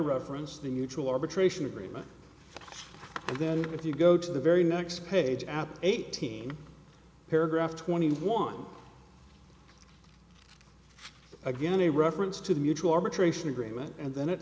reference the mutual arbitration agreement and then if you go to the very next page out eighteen paragraph twenty one again a reference to the mutual arbitration agreement and then it